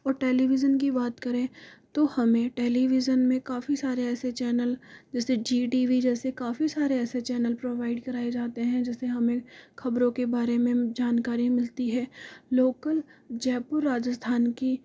और टेलीविज़न कि बात करें तो हमें टेलिविज़न में काफ़ी सारे ऐसे चैनल जैसे जी टी वी जैसे काफ़ी सारे ऐसे चैनल प्रोवाइड कराए जाते हैं जिससे हमें खबरों के बारे में जानकारी मिलती है लोकल जयपुर राजस्थान की